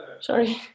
Sorry